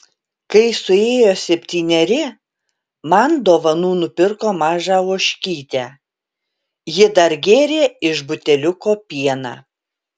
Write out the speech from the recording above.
kai suėjo septyneri man dovanų nupirko mažą ožkytę ji dar gėrė iš buteliuko pieną